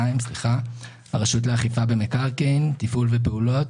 543402 הרשות לאכיפה במקרקעין, תפעול ופעולות,